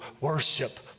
Worship